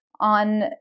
on